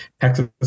Texas